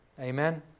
Amen